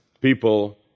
people